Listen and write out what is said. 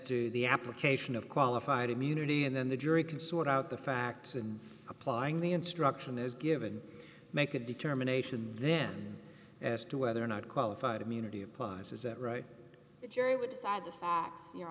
to the application of qualified immunity and then the jury can sort out the facts and applying the instruction is given make a determination then as to whether or not qualified immunity applies is that right